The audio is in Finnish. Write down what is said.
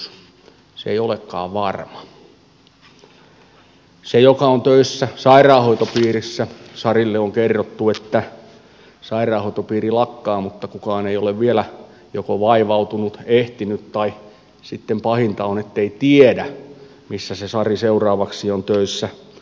sille sarille joka on töissä sairaanhoitopiirissä on kerrottu että sairaanhoitopiiri lakkaa mutta kukaan ei ole vielä joko vaivautunut tai ehtinyt kertomaan tai sitten pahinta on ettei tiedä missä se sari seuraavaksi on töissä